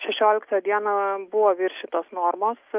šešioliktą dieną buvo viršytos normos